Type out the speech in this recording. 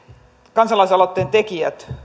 kansalaisaloitteen tekijät